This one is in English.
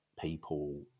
people